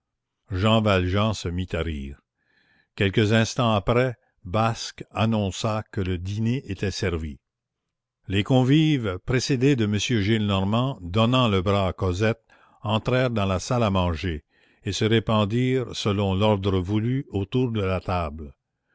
jean valjean se mit à rire quelques instants après basque annonça que le dîner était servi les convives précédés de m gillenormand donnant le bras à cosette entrèrent dans la salle à manger et se répandirent selon l'ordre voulu autour de la table